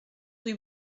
rue